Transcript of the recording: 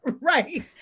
right